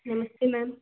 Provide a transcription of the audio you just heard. नमस्ते मैम